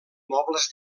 mobles